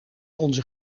onze